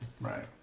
right